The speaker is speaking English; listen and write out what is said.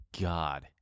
god